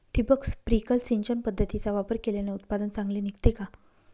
ठिबक, स्प्रिंकल सिंचन पद्धतीचा वापर केल्याने उत्पादन चांगले निघते का?